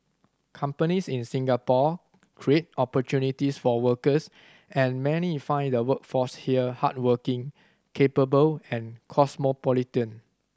companies in Singapore create opportunities for workers and many find the workforce here hardworking capable and cosmopolitan